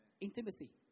Intimacy